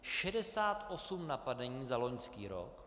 Šedesát osm napadení za loňský rok!